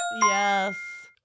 Yes